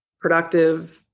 productive